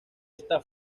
esta